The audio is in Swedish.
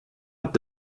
att